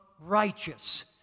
righteous